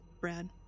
Brad